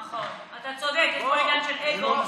נכון, אתה צודק, יש פה עניין של אגו.